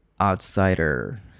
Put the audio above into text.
outsider